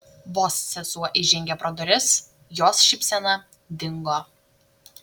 vos sesuo įžengė pro duris jos šypsena dingo